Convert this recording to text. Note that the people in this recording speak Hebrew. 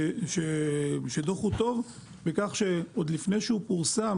והדוח הוא טוב בכך שעוד לפני שהוא פורסם